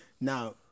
now